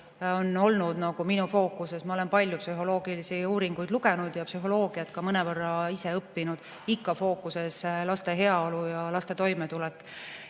on olnud minu fookuses. Ma olen palju psühholoogilisi uuringuid lugenud ja psühholoogiat mõnevõrra ka ise õppinud, ikka fookuses laste heaolu ja laste toimetulek.